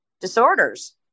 disorders